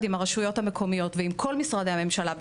עם הרשויות המקומיות וכל משרדי הממשלה,